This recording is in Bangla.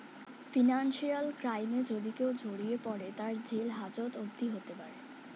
ফিনান্সিয়াল ক্রাইমে যদি কেও জড়িয়ে পরে, তার জেল হাজত অবদি হতে পারে